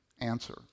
answer